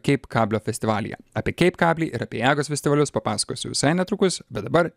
kaip kablio festivalyje apie keip kablį ir apie jagos festivalius papasakosiu visai netrukus bet dabar